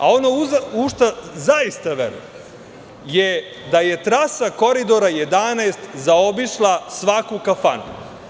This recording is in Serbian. A ono u šta zaista verujem je da je trasa Koridora 11 zaobišla svaku kafanu.